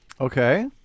Okay